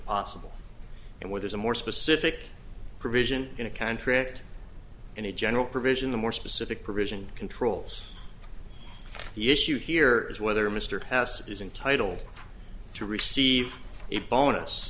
possible and where there's a more specific provision in a contract and a general provision the more specific provision controls the issue here is whether mr hassett is entitled to receive a bonus